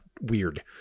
weird